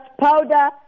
powder